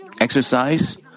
exercise